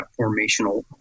formational